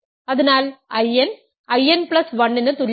അതിനാൽ In In1 ന് തുല്യമാണ്